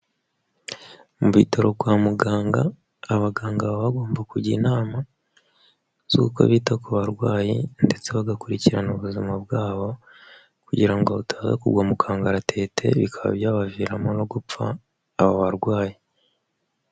Mu bitaro kwa muganga, abaganga baba bagomba kujya inama z'uko bita ku barwayi ndetse bagakurikirana ubuzima bwabo kugira ngo butaza kugwa mu kangaratete, bikaba byabaviramo no gupfa abo barwayi.